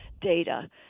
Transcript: data